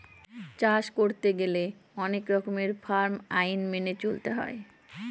চাষ করতে গেলে অনেক রকমের ফার্ম আইন মেনে চলতে হয়